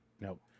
Nope